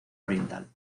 oriental